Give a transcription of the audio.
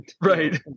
Right